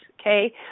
Okay